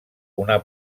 una